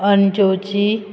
अंचोची